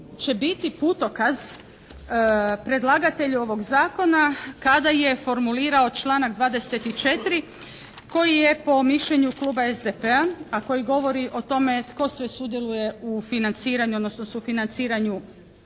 će biti putokaz predlagatelju ovog zakona kada je formulirao članak 24. koji je po mišljenju kluba SDP-a a koji govori o tome tko sve sudjeluje u financiranju odnosno sufinanciranju